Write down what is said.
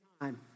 time